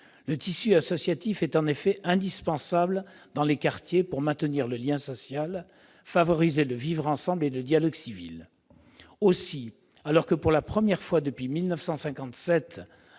Le tissu associatif est en effet indispensable dans les quartiers pour maintenir le lien social, favoriser le vivre-ensemble et le dialogue civil. Aussi, alors que, pour la première fois depuis 1957,